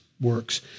works